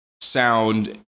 sound